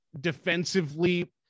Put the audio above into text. defensively